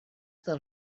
del